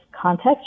context